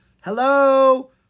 Hello